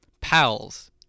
Pals